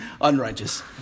unrighteous